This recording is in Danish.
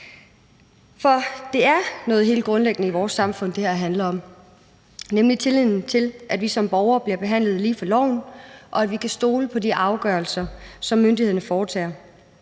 For det er noget helt grundlæggende i vores samfund, det her handler om, nemlig tilliden til, at vi som borgere bliver behandlet lige for loven, og at vi kan stole på de afgørelser, som myndighederne foretager.